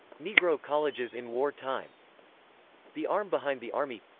negro colleges in war time the arm behind the army